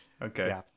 okay